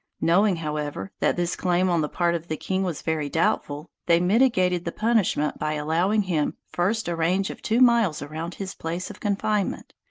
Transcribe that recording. knowing, however, that this claim on the part of the king was very doubtful, they mitigated the punishment by allowing him first a range of two miles around his place of confinement,